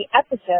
episode